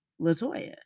LaToya